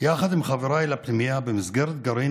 יחד עם חבריי לפנימייה במסגרת גרעין